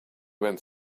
went